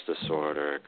disorder